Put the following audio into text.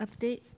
update